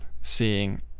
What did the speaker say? seeing